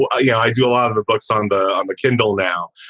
but yeah i do a lot of books on the um but kindle now.